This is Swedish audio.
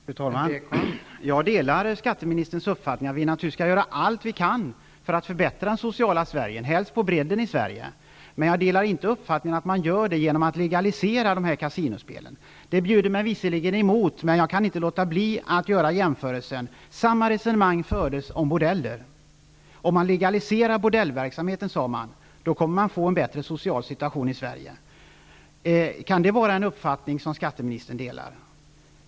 Fru talman! Jag delar skatteministerns uppfattning att vi naturligtvis skall göra allt vi kan för att förbättra den sociala situationen, helst brett över hela landet. Men jag delar inte uppfattningen att man gör det genom att legalisera kasinospel. Det bjuder mig emot, men jag kan inte låta bli att göra en jämförelse: samma resonemang fördes om bordeller. Om man legaliserar bordellverksamhet, kommer man att få en bättre social situation i Sverige, har det sagts. Kan det vara en uppfattning som skatteministern delar?